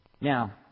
Now